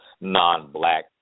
non-black